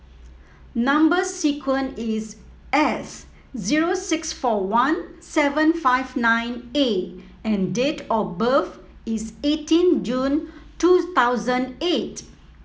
number sequence is S zero six four one seven five nine A and date of birth is eighteen June two thousand eight